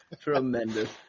Tremendous